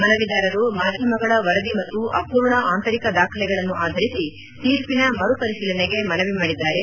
ಮನವಿದಾರರು ಮಾಧ್ಯಮಗಳ ವರದಿ ಮತ್ತು ಅಪೂರ್ಣ ಆಂತರಿಕ ದಾಖಲೆಗಳನ್ನು ಆಧರಿಸಿ ತೀರ್ಪಿನ ಮರುಪರಿತೀಲನೆಗೆ ಮನವಿ ಮಾಡಿದ್ದಾರೆ